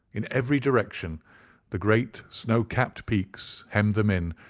in every direction the great snow-capped peaks hemmed them in,